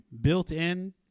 built-in